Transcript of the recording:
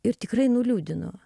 ir tikrai nuliūdino